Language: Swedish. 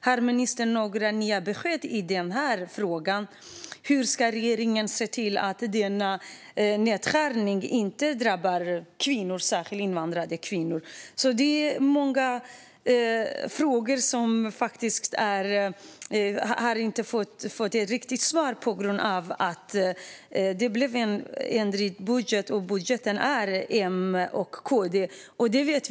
Har ministern några nya besked i denna fråga? Hur ska regeringen se till att denna nedskärning inte drabbar kvinnor och då särskilt invandrade kvinnor? Många frågor återstår på grund av budgetändringar till följd av M-KD-budgeten.